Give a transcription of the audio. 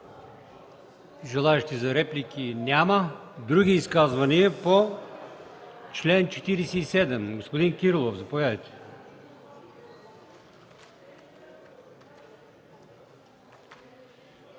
Желаещи за реплики няма. Други изказвания по чл. 47? Господин Кирилов, заповядайте.